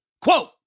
quote